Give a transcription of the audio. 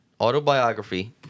autobiography